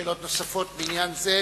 שאלות נוספות בעניין זה,